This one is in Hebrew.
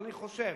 אני חושב